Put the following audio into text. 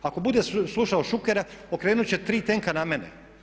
Ako bude slušao Šukera okrenut će tri tenka na mene.